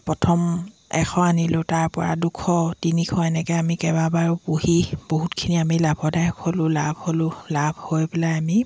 প্ৰথম এশ আনিলোঁ তাৰ পৰা দুশ তিনিশ এনেকৈ আমি কেইবাবাৰো পুহি বহুতখিনি আমি লাভদায়ক হ'লোঁ লাভ হ'লোঁ লাভ হৈ পেলাই আমি